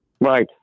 Right